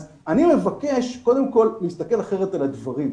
אז אני מבקש קודם כל להסתכל אחרת על הדברים.